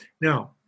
Now